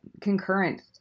concurrent